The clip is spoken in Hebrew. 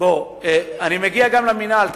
אני מגיע גם למינהל,